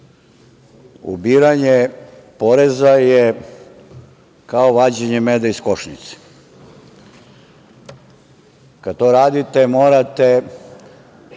ubiranje poreza je kao vađenje meda iz košnice. Kada to radite morate